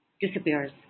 disappears